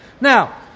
Now